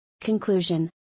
Conclusion